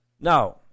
now